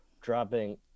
dropping